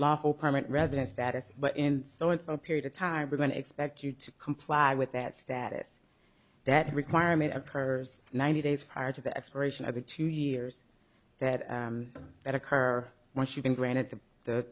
lawful permanent resident status but in so it's a period of time we're going to expect you to comply with that status that requirement occurs ninety days prior to the expiration of the two years that that occur once you've been granted t